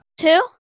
Two